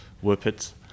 whippets